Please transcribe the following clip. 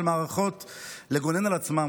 של מערכות לגונן על עצמן,